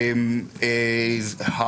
אבל